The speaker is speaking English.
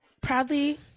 Proudly